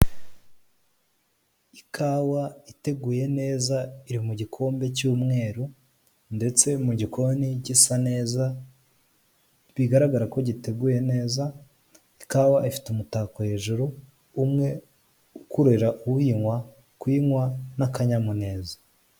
Ikawa iteguye neza iri mu gikombe cy'umweru ndetse mu mu gikoni gisa neza, bigaragara ko giteguye neza, ikawa ifite umutako hejuru, umwe ukurira uyinywa, kuyinywa n'akanyamuneza.